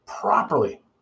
properly